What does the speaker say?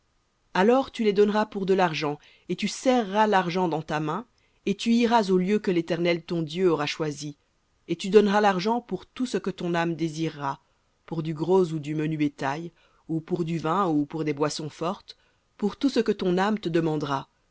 alors tu les donneras pour de l'argent et tu serreras l'argent dans ta main et tu iras au lieu que l'éternel ton dieu aura choisi et tu donneras l'argent pour tout ce que ton âme désirera pour du gros ou du menu bétail ou pour du vin ou pour des boissons fortes pour tout ce que ton âme te demandera